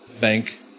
bank